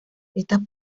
estas